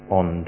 on